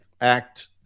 act